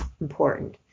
important